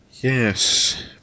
Yes